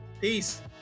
Peace